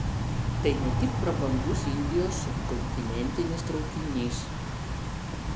tai ne tik prabangus indijos subkontinentinis traukinys